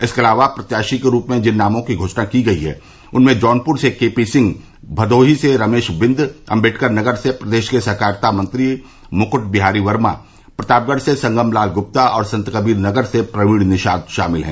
इसके अलावा प्रत्याशी के रूप में जिन नामों की घोषणा की गई है उनमें जौनपुर से केपी सिंह भदोही से रमेश बिंद अम्बेडकर नगर से प्रदेश के सहकारिता मंत्री मुक्ट बिहारी वर्मा प्रतापगढ़ से संगमलाल गुप्ता और संतकबीर नगर से प्रवीण निषाद शामिल हैं